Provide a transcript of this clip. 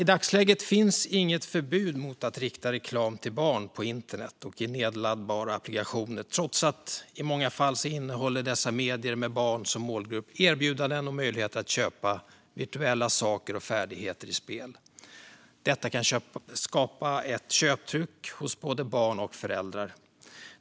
I dagsläget finns inget förbud mot att rikta reklam till barn på internet och i nedladdbara applikationer, trots att dessa medier med barn som målgrupp i många fall innehåller erbjudanden och möjligheter att köpa virtuella saker och färdigheter i spel. Detta kan orsaka köptryck hos både barn och föräldrar.